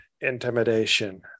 intimidation